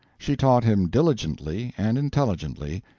she taught him diligently and intelligently,